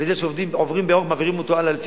וזה שעובר בירוק מעבירים אותו הלאה.